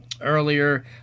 earlier